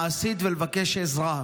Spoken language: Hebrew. מעשית, ולבקש עזרה,